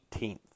18th